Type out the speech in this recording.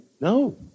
No